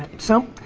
so,